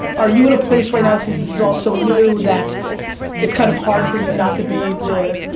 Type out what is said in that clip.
are you in a place right now since is all so new that it kind of hard for you not to be the,